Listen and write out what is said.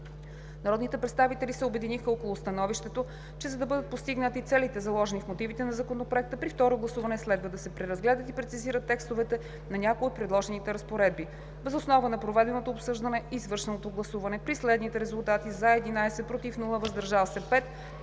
Народните представители се обединиха около становището, че за да бъдат постигнати целите, заложени в мотивите на Законопроекта, при второ гласуване следва да се преразгледат и прецизират текстовете на някои от предложените разпоредби. Въз основа на проведеното обсъждане и извършеното гласуване при следните резултати: „за“ 11, без „против“, „въздържал се“ 5,